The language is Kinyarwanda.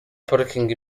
parking